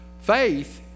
Faith